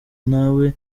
ntawe